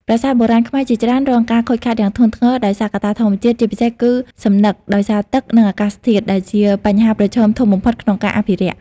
ប្រាសាទបុរាណខ្មែរជាច្រើនរងការខូចខាតយ៉ាងធ្ងន់ធ្ងរដោយសារកត្តាធម្មជាតិ ជាពិសេសគឺសំណឹកដោយសារទឹក និងអាកាសធាតុ ដែលជាបញ្ហាប្រឈមធំបំផុតក្នុងការអភិរក្ស។